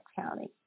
County